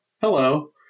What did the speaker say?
Hello